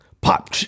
Pop